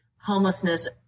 homelessness